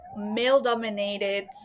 male-dominated